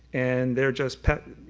and they're just